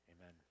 Amen